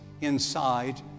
inside